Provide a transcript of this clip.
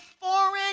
foreign